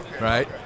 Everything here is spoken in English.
right